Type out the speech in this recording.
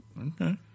Okay